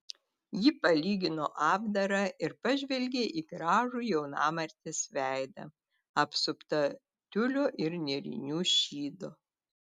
ji palygino apdarą ir pažvelgė į gražų jaunamartės veidą apsuptą tiulio ir nėrinių šydo